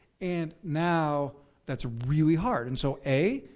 and now that's really hard. and so a,